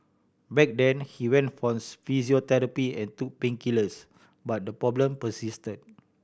back then he went for physiotherapy and took painkillers but the problem persisted